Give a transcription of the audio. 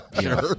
Sure